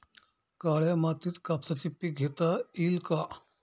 काळ्या मातीत कापसाचे पीक घेता येईल का?